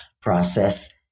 process